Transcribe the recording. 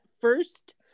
first